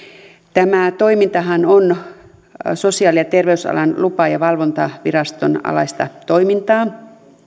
tämä toimintahan on sosiaali ja terveysalan lupa ja valvontaviraston alaista toimintaa